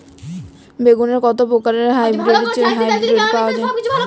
বেগুনের কত প্রকারের হাইব্রীড পাওয়া যায়?